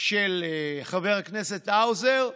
של חבר הכנסת האוזר,